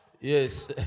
Yes